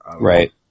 right